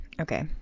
Okay